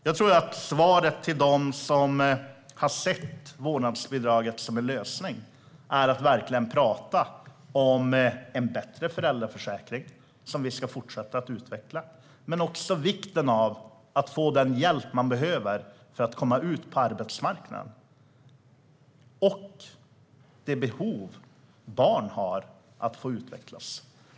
Jag tror att svaret till dem som har sett vårdnadsbidraget som en lösning bör handla om en bättre föräldraförsäkring, som vi ska fortsätta att utveckla, men också vikten av att få den hjälp man behöver för att komma ut på arbetsmarknaden samt det behov barn har av att få utvecklas.